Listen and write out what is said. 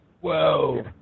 Whoa